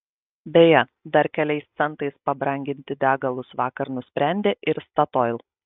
beje dar keliais centais pabranginti degalus vakar nusprendė ir statoil